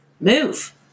Move